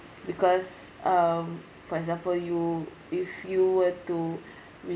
because um for example you if you were to recycle